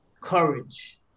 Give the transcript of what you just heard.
courage